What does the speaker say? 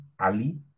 Ali